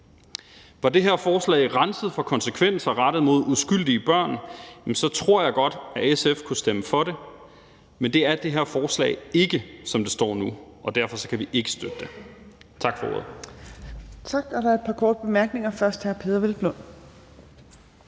Var det her forslag renset for konsekvenser for uskyldige børn, tror jeg godt, at SF kunne stemme for det, men det er det her forslag ikke, som det ligger nu, og derfor kan vi ikke støtte det. Tak for ordet.